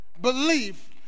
belief